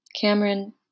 Cameron